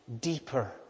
deeper